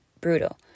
Brutal